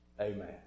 Amen